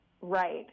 right